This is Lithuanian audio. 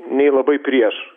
nei labai prieš